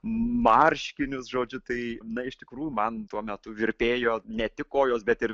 marškinius žodžiu tai na iš tikrųjų man tuo metu virpėjo ne tik kojos bet ir